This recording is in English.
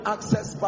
Access